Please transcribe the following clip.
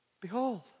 Behold